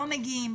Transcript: לא מגיעים,